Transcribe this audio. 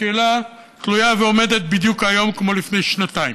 השאלה תלויה ועומדת היום בדיוק כמו לפני שנתיים: